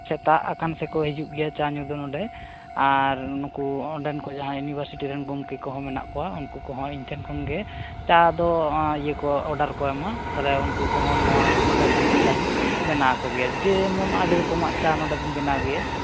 ᱥᱮᱛᱟᱜ ᱟᱠᱟᱱ ᱥᱮᱠᱚ ᱦᱤᱡᱩᱜ ᱜᱮᱭᱟ ᱪᱟ ᱧᱩ ᱫᱚ ᱱᱚᱸᱰᱮ ᱟᱨ ᱱᱩᱠᱩ ᱚᱸᱰᱮᱱ ᱠᱚ ᱡᱟᱦᱟᱸᱭ ᱤᱭᱩᱱᱤᱵᱷᱟᱨᱥᱤᱴᱤ ᱨᱮᱱ ᱜᱚᱝᱠᱮ ᱠᱚᱦᱚᱸ ᱢᱮᱱᱟᱜ ᱠᱚᱣᱟ ᱩᱱᱠᱩ ᱠᱚᱦᱚᱸ ᱤᱧ ᱴᱷᱮᱱ ᱠᱷᱚᱱᱜᱮ ᱪᱟ ᱫᱚ ᱤᱭᱟᱹ ᱠᱚ ᱚᱰᱟᱨ ᱠᱚ ᱮᱢᱟ ᱛᱟᱦᱞᱮ ᱩᱱᱠᱩ ᱠᱚᱦᱚᱸ ᱱᱚᱸᱰᱮ ᱠᱷᱚᱱᱜᱤᱧ ᱪᱟᱧ ᱵᱮᱱᱟᱣ ᱠᱚᱜᱮᱭᱟ ᱡᱮᱢᱚᱱ ᱟᱹᱰᱤ ᱨᱚᱠᱚᱢᱟᱜ ᱪᱟ ᱱᱚᱸᱰᱮ ᱫᱚᱧ ᱵᱮᱱᱟᱣ ᱜᱮᱭᱟ